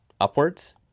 upwards